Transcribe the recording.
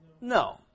no